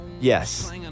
Yes